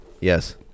Yes